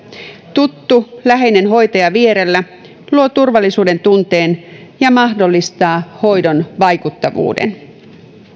tuttu läheinen hoitaja vierellä luo turvallisuudentunteen ja mahdollistaa hoidon vaikuttavuuden